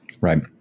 right